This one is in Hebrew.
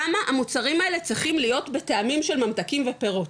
למה המוצרים האלה צריכים להיות בטעמים של ממתקים ופירות?